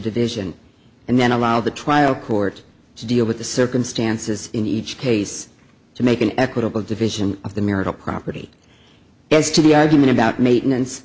division and then allow the trial court to deal with the circumstances in each case to make an equitable division of the marital property as to the argument about maintenance